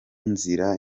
nzira